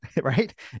right